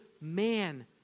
man